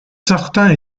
certains